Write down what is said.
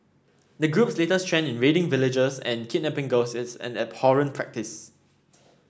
the group's latest trend in raiding villages and kidnapping girls is an abhorrent practice